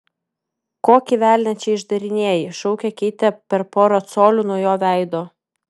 kokį velnią čia išdarinėji šaukė keitė per porą colių nuo jo veido